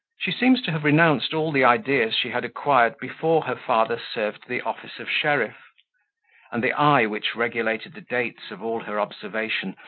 she seemed to have renounced all the ideas she had acquired before her father served the office of sheriff and the eye which regulated the dates of all her observation,